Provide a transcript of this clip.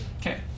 Okay